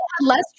less